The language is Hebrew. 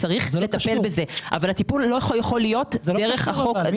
צריך לטפל בזה אבל הטיפול לא יכול להיות דרך החוק הזה.